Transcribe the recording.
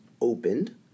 opened